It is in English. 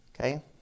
okay